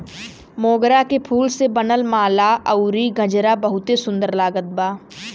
मोगरा के फूल से बनल माला अउरी गजरा बहुते सुन्दर लागत बा